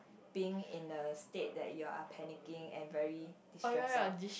being in a state that you are panicking and very distressed orh